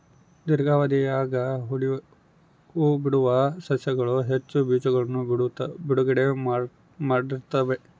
ದೀರ್ಘಾವಧಿಯಾಗ ಹೂಬಿಡುವ ಸಸ್ಯಗಳು ಹೆಚ್ಚು ಬೀಜಗಳನ್ನು ಬಿಡುಗಡೆ ಮಾಡ್ತ್ತವೆ